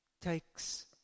takes